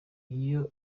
iyo